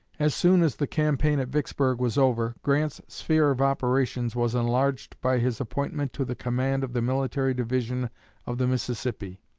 as soon as the campaign at vicksburg was over, grant's sphere of operations was enlarged by his appointment to the command of the military division of the mississippi.